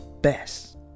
best